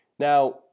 Now